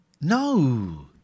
No